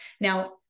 Now